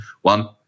One